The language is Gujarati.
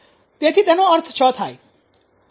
તેથી તેનો અર્થ 6 થાય